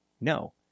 No